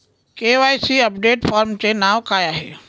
KYC update फॉर्मचे नाव काय आहे?